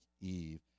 Eve